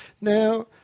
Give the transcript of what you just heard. now